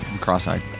Cross-eyed